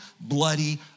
bloody